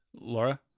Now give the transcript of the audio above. Laura